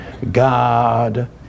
God